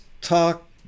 talk